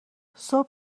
صبح